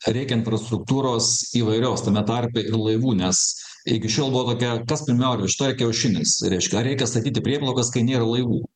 reikia infrastruktūros įvairios tame tarpe ir laivų nes iki šiol buvo tokia kas pirmiau višta ar kiaušinis reiškia ar reikia statyti prieplaukas kai nėra laivų